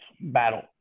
battle